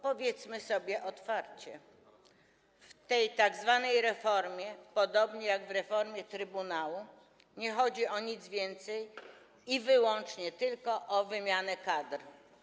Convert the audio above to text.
Powiedzmy sobie otwarcie: w tej tzw. reformie, podobnie jak w reformie trybunału, nie chodzi o nic więcej jak tylko o wymianę kadr.